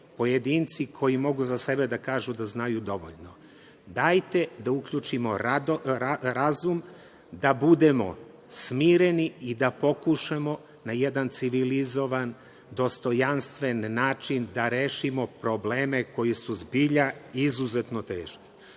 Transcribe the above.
pojedinci koji mogu za sebe da kažu da znaju dovoljno. Dajte da uključimo razum, da budemo smireni i da pokušamo na jedan civilizovan, dostojanstven način da rešimo probleme koji su zbilja izuzetno teški.